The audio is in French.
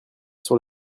sur